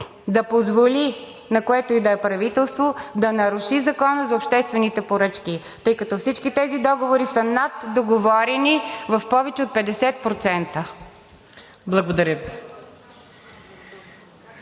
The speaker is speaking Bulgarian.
да позволи на което и да е правителство да наруши Закона за обществените поръчки, тъй като всички тези договори са наддоговорени в повече от 50%.